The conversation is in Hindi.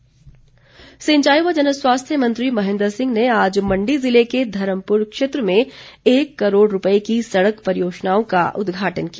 महेन्द्र सिंह सिंचाई व जन स्वास्थ्य मंत्री महेन्द्र सिंह ने आज मण्डी ज़िले के धर्मप्र क्षेत्र में एक करोड़ रूपए की सड़क परियोजनाओं का उद्घाटन किया